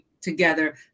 together